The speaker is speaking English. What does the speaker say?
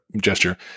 gesture